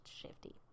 shifty